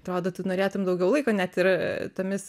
atrodo tu norėtum daugiau laiko net ir tomis